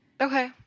Okay